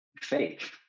fake